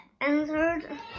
answered